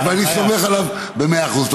ואני סומך עליו במאה אחוז.